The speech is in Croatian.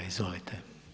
Izvolite.